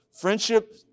Friendship